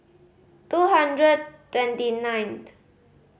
two hundred twenty ninth